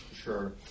Sure